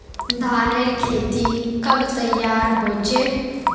धानेर खेती कब तैयार होचे?